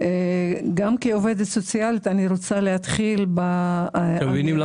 אני רוצה להדגיש שוב את העניין של